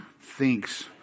thinks